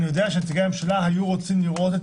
אני יודע שנציגי הממשלה היו רוצים לראות את